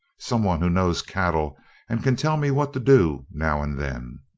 someone who knows cattle and can tell me what to do now and then.